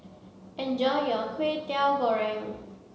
enjoy your Kway Teow Goreng